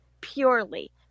purely